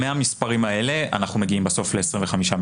מהמספרים האלה אנחנו מגיעים ל-25,000,000.